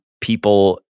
people